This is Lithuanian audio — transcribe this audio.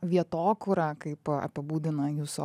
vietokūrą kaip apibūdina jūsų